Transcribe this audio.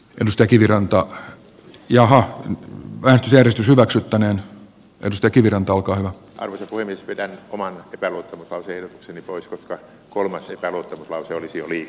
risto kiviranta johon en väheksy edes hyväksyttäneen josta kiviranta alkaa hävetä poimi spider oman epäluottamuslauseen se ehdotuksen pois koska kolme epäluottamuslausetta olisi jo liikaa